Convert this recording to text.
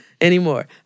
Anymore